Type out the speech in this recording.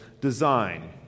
design